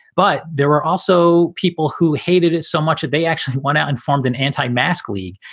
but there are also people who hated it so much that they actually went out and formed an anti mask league.